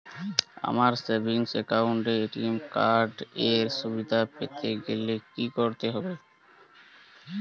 আমার savings account এ ATM card এর সুবিধা পেতে গেলে কি করতে হবে?